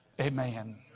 Amen